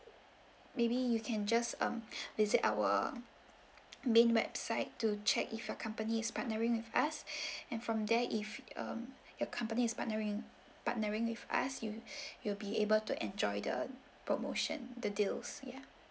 maybe you can just um visit our main website to check if your company is partnering with us and from there if um your company is partnering partnering with us you you'll be able to enjoy the promotion the deals ya